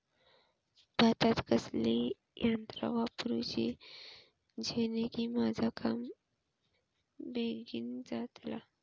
भातात कसली यांत्रा वापरुची जेनेकी माझा काम बेगीन जातला?